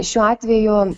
šiuo atveju